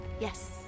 yes